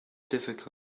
difficult